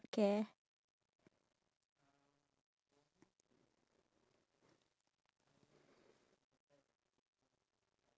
exercise so I feel like we can eat anything we want and drink however sweet the level of sugar is but